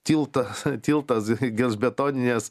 tiltą tiltas gelžbetoninės